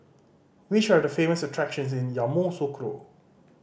which are the famous attractions in Yamoussoukro